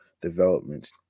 developments